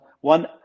one